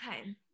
okay